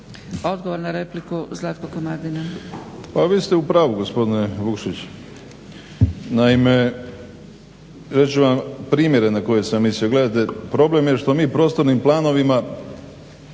**Komadina, Zlatko (SDP)** Pa vi ste u pravu gospodine Vukšić. Naime, reći ću vam primjere na koje sam mislio. Gledajte, problem je što mi prostornim planovima